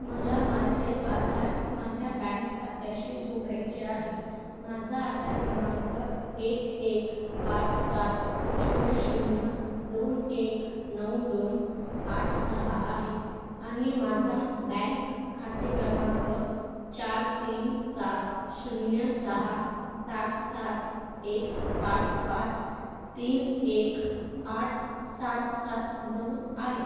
मला माझे आधार माझ्या बँक खात्याशी जोडायचे आहे माझा आधार क्रमांक एक एक पाच सात शून्य शून्य दोन एक नऊ दोन आठ सहा आहे आणि माझा बँक खातेक्रमांक चार तीन सात शून्य सहा सात सात एक पाच पाच तीन एक आठ सात सात नऊ आहे